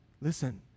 Listen